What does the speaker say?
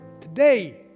Today